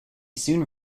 soon